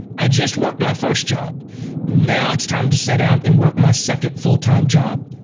i just worked my first job now it's time to set out and work my second full time job,